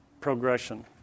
progression